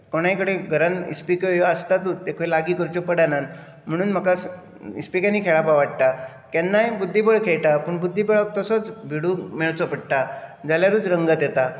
कोणाय कडेन घरांत इस्पिको ह्यो आसतातूच ते खंय लागीं करच्यो पडनात म्हणून म्हाका इस्पिकांनी खेळप आवडटा केन्नाय बुद्धीबळ खेळटा पूण बुद्धीबळ तसोच भीडू मेळचो पडटा जाल्यारूच रंगत येता